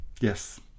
Yes